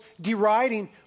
deriding